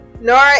nora